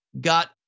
got